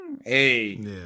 Hey